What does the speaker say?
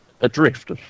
Adrift